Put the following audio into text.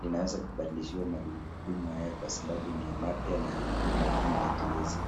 linaweza kubadilishiwa magurudumu haya kwa sababu ni mapya na ni magumu yateleze.